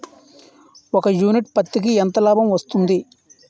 ఒక యూనిట్ పత్తికి ఎంత లాభం వస్తుంది?